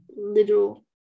little